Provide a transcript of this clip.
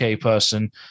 person